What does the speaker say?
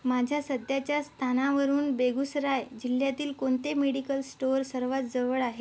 माझ्या सध्याच्या स्थानावरून बेगुसराय जिल्ह्यातील कोणते मेडिकल स्टोअर सर्वात जवळ आहे